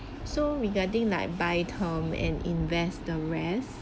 so regarding like by term and invest the rest